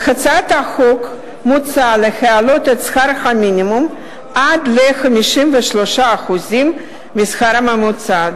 בהצעת החוק מוצע להעלות את שכר המינימום עד ל-53% מהשכר הממוצע,